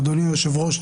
אדוני היושב ראש,